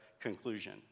conclusion